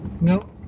No